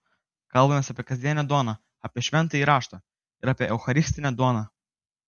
kalbamės apie kasdienę duoną apie šventąjį raštą ir apie eucharistinę duoną